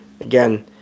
again